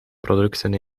producten